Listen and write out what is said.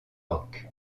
rock